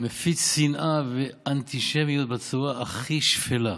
הוא מפיץ שנאה ואנטישמיות בצורה הכי שפלה.